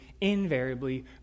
invariably